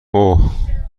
اوه